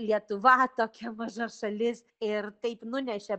lietuva tokia maža šalis ir taip nunešė